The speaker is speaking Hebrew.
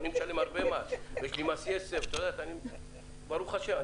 אני משלם הרבה מס, ויש לי מס יסף ברוך השם.